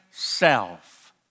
self